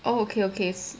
oh okay okay